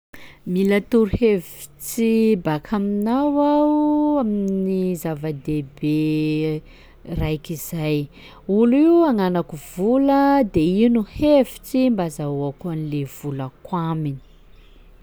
"Mila torohevitsy baka aminao aho amin'ny zava-dehibe raiky izay, olo io agnanako vola de ino hevitsy mba azahoako an'le volako aminy?"